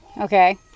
Okay